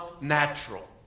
natural